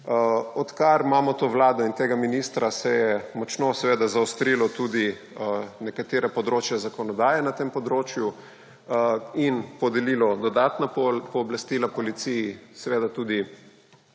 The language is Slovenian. Odkar imamo to vlado in tega ministra, se je seveda močno zaostrilo tudi nekatera področja zakonodaje na tem področju in podelilo dodatna pooblastila policiji, seveda tudi